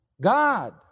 God